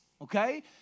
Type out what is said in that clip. okay